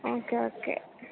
okay okay